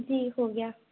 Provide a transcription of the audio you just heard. जी हो गया